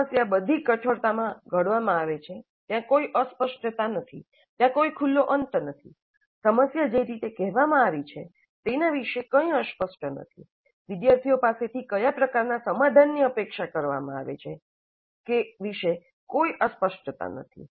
સમસ્યા બધી કઠોરતામાં ઘડવામાં આવે છે ત્યાં કોઈ અસ્પષ્ટતા નથી ત્યાં કોઈ ખુલ્લો અંત નથી સમસ્યા જે રીતે કહેવામાં આવી છે તેના વિશે કંઇ અસ્પષ્ટ નથી વિદ્યાર્થીઓ પાસેથી કયા પ્રકારનાં સમાધાન ની અપેક્ષા કરવામાં આવે છે કે વિશે કોઈ અસ્પષ્ટતા નથી